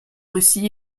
russie